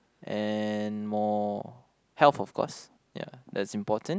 and more health of course ya that's important